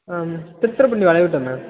திருத்துறைப்பூண்டி வளைவுகிட்ட மேம்